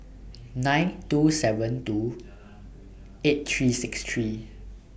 nine two seven two eight three six three